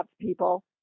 people